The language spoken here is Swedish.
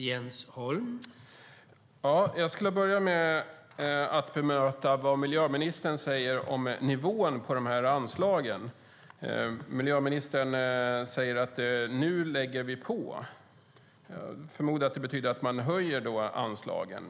Herr talman! Jag vill börja med att bemöta vad miljöministern säger om nivån på anslagen. Miljöministern säger: "Vi lägger nu på." Jag förmodar att det betyder att man höjer anslagen.